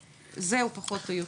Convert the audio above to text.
זהו פחות או יותר,